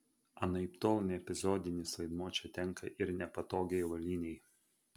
anaiptol ne epizodinis vaidmuo čia tenka ir nepatogiai avalynei